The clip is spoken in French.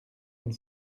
une